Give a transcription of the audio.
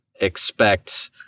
expect